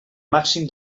màxim